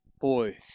Boy